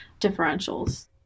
differentials